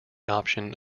option